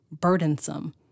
burdensome